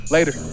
Later